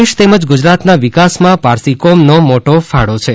દેશ તેમજ ગુજરાતનાં વિકાસમાં પારસી કોમનો મોટો ફાળો છે